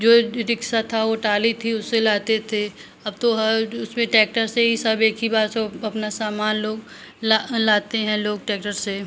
जो रिक्सा था ओ टाली थी उससे लाते थे अब तो हर उसमें टैक्टर से ही सब एक ही बार से अपना सामान लोग लाते हैं लोग टैक्टर से